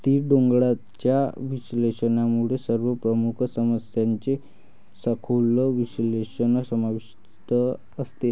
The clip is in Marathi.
स्थिर डोळ्यांच्या विश्लेषणामध्ये सर्व प्रमुख समस्यांचे सखोल विश्लेषण समाविष्ट असते